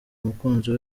umukunzi